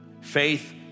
faith